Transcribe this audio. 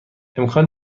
امکان